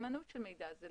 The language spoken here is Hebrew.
מהימנות של מידע,